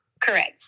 Correct